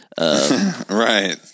Right